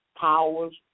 powers